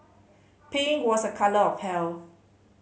pink was a colour of health